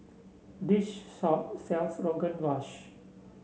this shop sells Rogan Josh